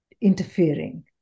interfering